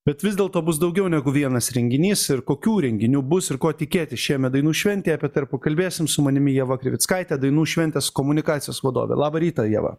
bet vis dėlto bus daugiau negu vienas renginys ir kokių renginių bus ir ko tikėtis šiemet dainų šventėje apie tai ir pakalbėsim su manimi ieva krivickaitė dainų šventės komunikacijos vadovė labą rytą ieva